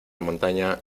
montaña